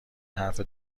حرف